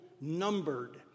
numbered